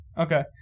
Okay